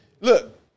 Look